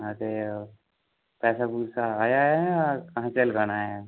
हां ते पैसा पूसा आया हैं जां कहां से लगाना हैं